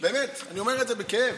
באמת, אני אומר את זה בכאב.